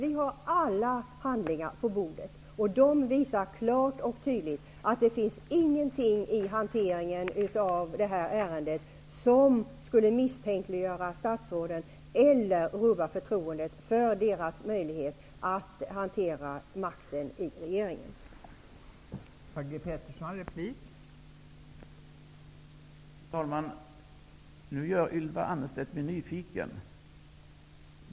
Vi har alla handlingar på bordet, och de visar klart och tydligt att det inte finns någonting i hanteringen av detta ärende som skulle misstänkliggöra statsråden eller rubba förtroendet för deras möjligheter att hantera regeringsmakten.